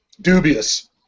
Dubious